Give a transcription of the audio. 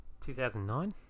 2009